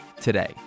today